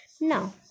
Now